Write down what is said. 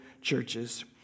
churches